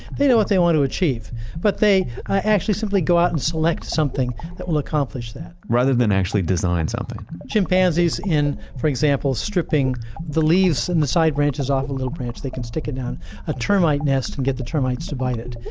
they know what they want to achieve but they actually simply go out and select something that will accomplish that rather than actually design something chimpanzees, for example, stripping the leaves and the side branches off of a little branch, they can stick it down a termite nest and get the termites to bite it,